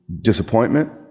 disappointment